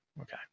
Okay